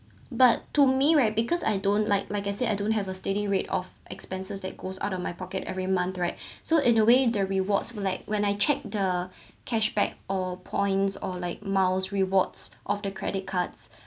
but to me right because I don't like like I said I don't have a steady rate of expenses that goes out of my pocket every month right so in a way the rewards be like when I check the cashback or points or like miles rewards of the credit cards